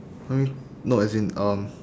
no as in um